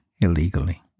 illegally